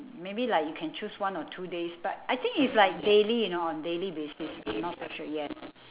maybe like you can choose one or two days but I think it's like daily you know on daily basis I'm not so sure yes